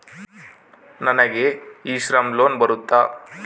ನನಗೆ e Shram loan ಬರುತ್ತಾ?